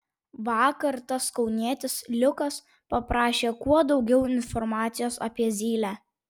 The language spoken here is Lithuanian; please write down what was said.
vakar tas kaunietis liukas paprašė kuo daugiau informacijos apie zylę